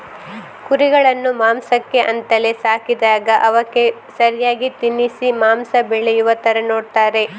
ಕುರಿಗಳನ್ನ ಮಾಂಸಕ್ಕೆ ಅಂತಲೇ ಸಾಕಿದಾಗ ಅವಕ್ಕೆ ಸರಿಯಾಗಿ ತಿನ್ನಿಸಿ ಮಾಂಸ ಬೆಳೆಯುವ ತರ ನೋಡ್ತಾರೆ